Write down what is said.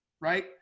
Right